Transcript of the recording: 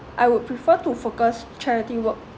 I would prefer to focus charity work